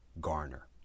Garner